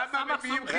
למה מביאים חיסונים?